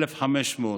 1,500,